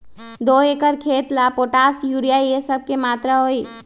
दो एकर खेत के ला पोटाश, यूरिया ये सब का मात्रा होई?